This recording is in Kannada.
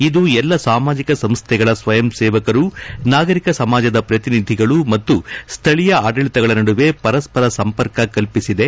ಇದು ಎಲ್ಲಾ ಸಾಮಾಜಿಕ ಸಂಸ್ಥೆಗಳ ಸ್ವಯಂ ಸೇವಕರು ನಾಗರಿಕ ಸಮಾಜದ ಪ್ರತಿನಿಧಿಗಳು ಮತ್ತು ಸ್ವಳೀಯ ಆಡಳತಗಳ ನಡುವೆ ಪರಸ್ವರ ಸಂಪರ್ಕ ಕಲ್ಪಿಸಿದೆ